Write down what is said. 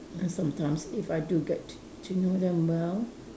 sometimes if I do get to to know them well